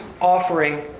offering